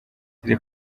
iri